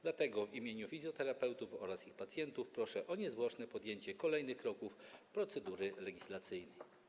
Dlatego w imieniu fizjoterapeutów oraz ich pacjentów proszę o niezwłoczne podjęcie kolejnych kroków procedury legislacyjnej.